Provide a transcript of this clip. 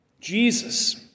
Jesus